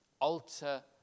alter